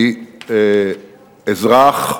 מאזרח,